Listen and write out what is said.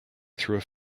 through